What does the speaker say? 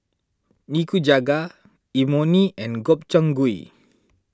Nikujaga Imoni and Gobchang Gui